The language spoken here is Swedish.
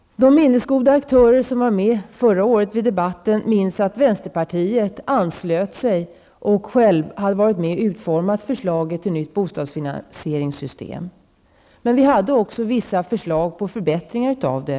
De minnesgoda aktörer som var med vid debatten förra året minns att vänsterpartiet anslöt sig och hade varit med om att utforma förslaget till nytt bostadsfinansieringssystem. Men vi hade också vissa förslag till förbättringar av det.